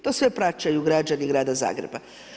To sve plaćaju građani grada Zagreba.